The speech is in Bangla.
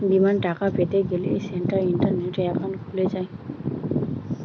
বিমার টাকা পেতে গ্যলে সেটা ইন্টারনেটে একাউন্ট খুলে যায়